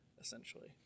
essentially